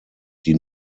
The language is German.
die